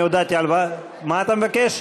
מה אתה מבקש?